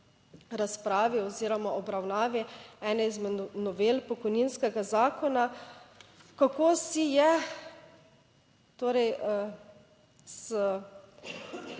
razpravi oziroma obravnavi ene izmed novel pokojninskega zakona, kako si je torej s